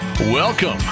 Welcome